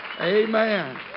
Amen